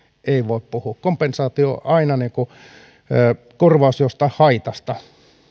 ei voi puhua kompensaatio on aina korvaus jostain haitasta